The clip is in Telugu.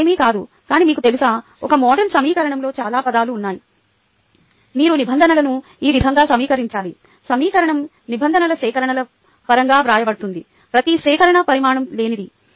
ఇది ఏమీ కాదు కానీ మీకు తెలుసా ఒక మోడల్ సమీకరణంలో చాలా పదాలు ఉన్నాయి మీరు నిబంధనలను ఈ విధంగా సమీకరించాలి సమీకరణo నిబంధనల సేకరణల పరంగా వ్రాయబడుతుంది ప్రతి సేకరణ పరిమాణం లేనిది